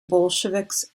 bolsheviks